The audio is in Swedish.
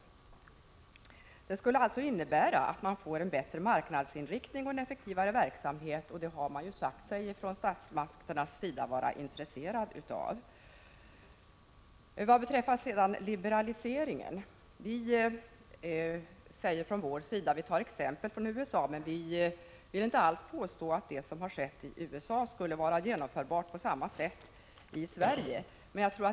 Detta skulle innebära en bättre marknadsinriktning och en effektivare verksamhet, och statsmakterna har ju sagt sig vara intresserade av det. Vad beträffar liberaliseringen tar vi moderater exempel från USA, men vi vill inte alls påstå att det som har skett där skulle vara genomförbart på samma sätt i Sverige.